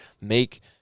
make